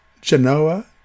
Genoa